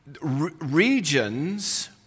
regions